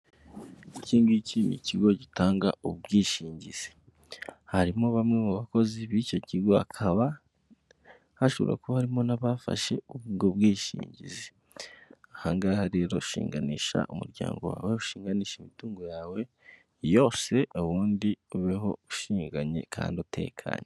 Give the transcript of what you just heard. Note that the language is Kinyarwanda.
Iki ngiki n'ikigo gitanga ubwishingizi, harimo bamwe mu bakozi b'icyo kigo hakaba hashobora kuba harimo n'abafashe ubwo bwishingizi, aha ngaha rero shinganisha umuryango wawe, ushinganisha imitungo yawe yose ubundi ubeho ushinganye kandi utekanye.